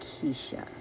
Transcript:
Keisha